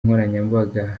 nkoranyambaga